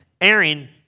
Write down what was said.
Aaron